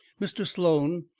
mr. sloan,